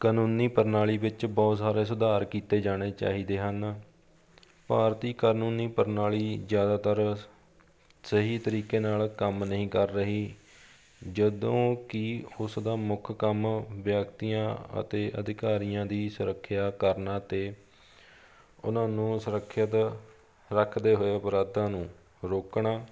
ਕਾਨੂੰਨੀ ਪ੍ਰਣਾਲੀ ਵਿੱਚ ਬਹੁਤ ਸਾਰੇ ਸੁਧਾਰ ਕੀਤੇ ਜਾਣੇ ਚਾਹੀਦੇ ਹਨ ਭਾਰਤੀ ਕਾਨੂੰਨੀ ਪ੍ਰਣਾਲੀ ਜ਼ਿਆਦਾਤਰ ਸਹੀ ਤਰੀਕੇ ਨਾਲ ਕੰਮ ਨਹੀਂ ਕਰ ਰਹੀ ਜਦੋਂ ਕਿ ਉਸਦਾ ਮੁੱਖ ਕੰਮ ਵਿਅਕਤੀਆਂ ਅਤੇ ਅਧਿਕਾਰੀਆਂ ਦੀ ਸੁਰੱਖਿਆ ਕਰਨਾ ਅਤੇ ਉਹਨਾਂ ਨੂੰ ਸੁਰੱਖਿਅਤ ਰੱਖਦੇ ਹੋਏ ਬਰਾਤਾਂ ਨੂੰ ਰੋਕਣਾ